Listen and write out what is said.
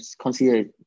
consider